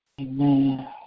Amen